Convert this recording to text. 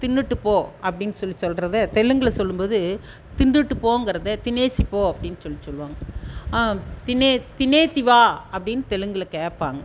தின்னுவிட்டு போ அப்படின் சொல்லி சொல்கிறத தெலுங்கில் சொல்லும்போது தின்றுட்டு போங்கிறதே தினேசி போ அப்படின் சொல்லி சொல்லுவாங்க தினே தினேத்திவா அப்படின் தெலுங்கில் கேட்பாங்க